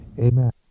Amen